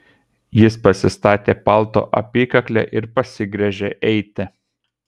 jis pasistatė palto apykaklę ir pasigręžė eiti